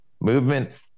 movement